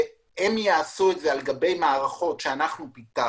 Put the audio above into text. הם יעשו את זה על גבי מערכות שאנחנו פיתחנו,